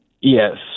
Yes